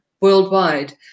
worldwide